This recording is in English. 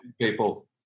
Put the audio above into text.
people